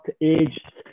aged